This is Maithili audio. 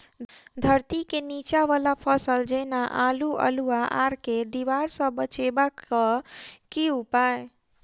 धरती केँ नीचा वला फसल जेना की आलु, अल्हुआ आर केँ दीवार सऽ बचेबाक की उपाय?